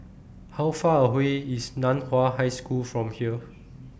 How Far away IS NAN Hua High School from here